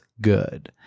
good